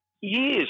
years